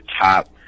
top